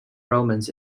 romans